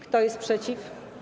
Kto jest przeciw?